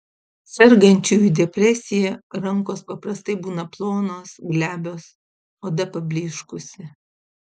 sergančiųjų depresija rankos paprastai būna plonos glebios oda pablyškusi